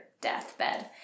deathbed